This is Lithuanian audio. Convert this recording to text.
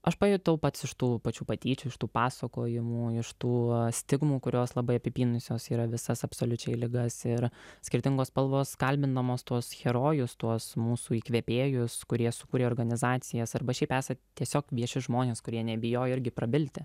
aš pajutau pats iš tų pačių patyčių iš tų pasakojimų iš tų stigmų kurios labai apipynusios yra visas absoliučiai ligas ir skirtingos spalvos kalbindamos tuos herojus tuos mūsų įkvėpėjus kurie sukūrė organizacijas arba šiaip esat tiesiog vieši žmonės kurie nebijojo irgi prabilti